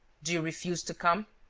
do you refuse to come?